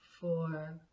four